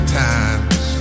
times